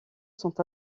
sont